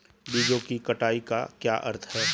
बीजों की कटाई का क्या अर्थ है?